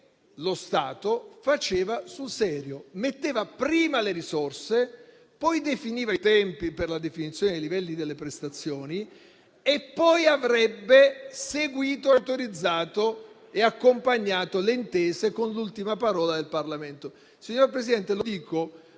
lo Stato faceva sul serio: metteva prima le risorse, poi definiva i tempi per la definizione dei livelli delle prestazioni e poi avrebbe seguito, autorizzato e accompagnato le intese con l'ultima parola del Parlamento. Signor Presidente, lo dico